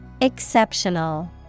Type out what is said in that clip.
Exceptional